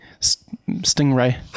stingray